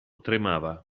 tremava